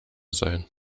sein